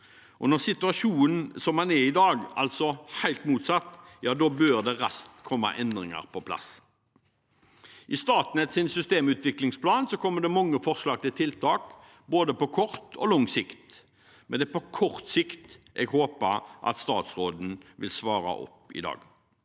Når situasjonen er som den er i dag, altså helt motsatt, bør det raskt komme endringer på plass. I Statnetts systemutviklingsplan kommer det mange forslag til tiltak, både på kort og på lang sikt, men det er på kort sikt jeg håper at statsråden vil svare i dag.